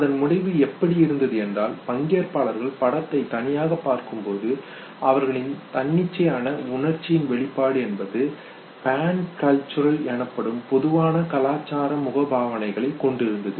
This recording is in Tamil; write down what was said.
அதன் முடிவு எப்படி இருந்தது என்றால் பங்கேற்பாளர்கள் படத்தை தனியாக பார்க்கும்போது அவர்களின் தன்னிச்சையான உணர்ச்சியின் வெளிப்பாடு என்பது பான் கல்ச்சுரல் எனப்படும் பொதுவான கலாச்சார முகபாவனைகளை கொண்டிருந்தது